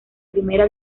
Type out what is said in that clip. primera